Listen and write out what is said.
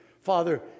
Father